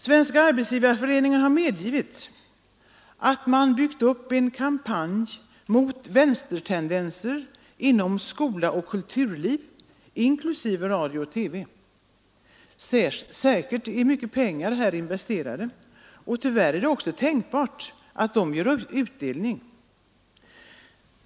Svenska arbetsgivareföreningen har medgivit att man har byggt upp en kampanj mot ”vänstertendenser” inom skola och kulturliv, inklusive radio och TV. Säkert är mycket pengar här investerade, och tyvärr är det också tänkbart att de ger utdelning.